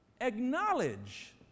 Acknowledge